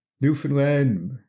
Newfoundland